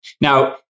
Now